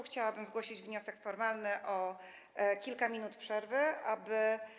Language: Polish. Chciałabym zgłosić wniosek formalny o kilkuminutową przerwę, aby.